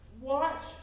watch